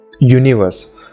universe